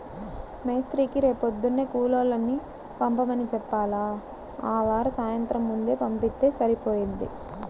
మేస్త్రీకి రేపొద్దున్నే కూలోళ్ళని పంపమని చెప్పాల, ఆవార సాయంత్రం ముందే పంపిత్తే సరిపోయిద్ది